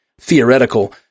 theoretical